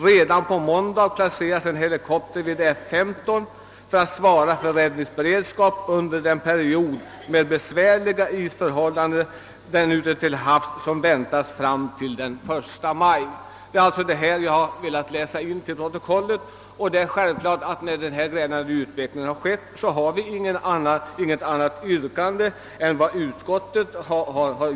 Redan på måndag placeras en helikopter vid F15 för att svara för räddningsberedskap under den period med besvärliga isförhållanden ute till havs som väntas fram till den 1 maj.» När denna glädjande utveckling skett har vi intet annat yrkande än utskottet.